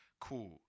cool